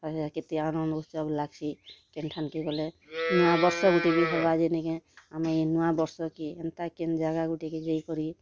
କେତେ ଆନନ୍ଦ୍ ଉତ୍ସବ ଲାଗସି କେନ୍ ଠାନକେ ଗଲେ ନୂଆବର୍ଷ ଗୁଟେ ବି ହେବା ଯେ ନିକେ ଆମେ ଇ ନୂଆବର୍ଷକେ ଏନ୍ତା କେନ୍ ଜାଗା ଗୁଟେକେ ଯାଇକିରି